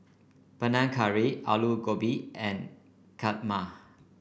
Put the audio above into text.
Panang Curry Alu Gobi and Kheema